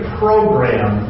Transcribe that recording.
program